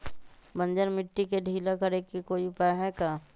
बंजर मिट्टी के ढीला करेके कोई उपाय है का?